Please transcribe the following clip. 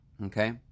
Okay